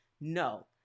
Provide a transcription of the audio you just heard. No